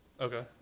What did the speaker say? Okay